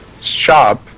shop